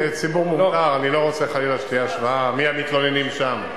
אני לא רוצה חלילה שתהיה השוואה - מי המתלוננים שם.